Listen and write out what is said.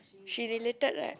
she related right